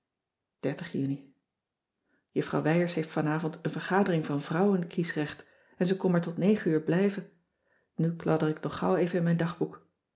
juni juffrouw wijers heeft vanavond een vergadering van vrouwenkiesrecht en ze kon maar tot negen uur blijven nu kladder ik nog gauw even in mijn dagboek